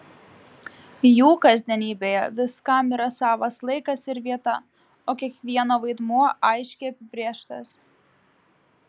jų kasdienybėje viskam yra savas laikas ir vieta o kiekvieno vaidmuo aiškiai apibrėžtas